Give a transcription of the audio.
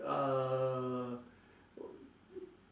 err